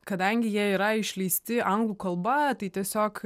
kadangi jie yra išleisti anglų kalba tai tiesiog